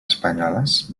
espanyoles